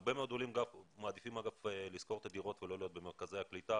הרבה מאוד עולים מעדיפים לשכור דירות ולא להיות במרכזי קליטה,